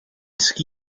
ski